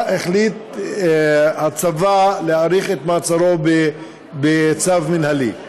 החליט הצבא להאריך את מעצרו בצו מינהלי,